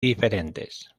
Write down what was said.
diferentes